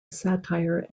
satire